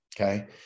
Okay